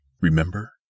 Remember